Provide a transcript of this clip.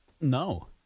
No